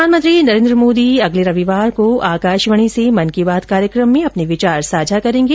प्रधानमंत्री नरेन्द्र मोदी अगले रविवार को आकाशवाणी से मन की बात कार्यक्रम में अपने विचार साझा करेंगे